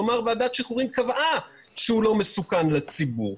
כלומר ועדת שחרורים קבעה שהוא לא מסוכן לציבור.